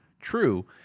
true